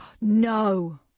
No